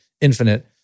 infinite